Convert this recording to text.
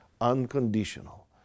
unconditional